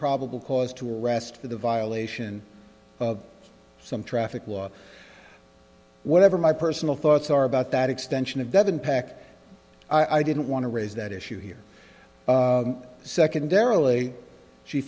probable cause to arrest for the violation of some traffic law whatever my personal thoughts are about that extension of devon pak i didn't want to raise that issue here secondarily she